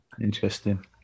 interesting